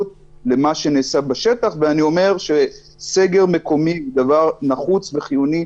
האם "שהוגדרו חיוניים" בא מהתקופה שלא כל העובדים היו חיוניים,